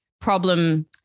problem